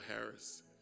Harris